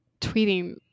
tweeting